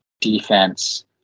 defense